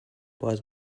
باز